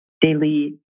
daily